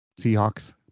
Seahawks